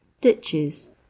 ditches